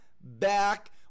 back